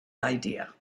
idea